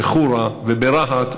חורה ורהט,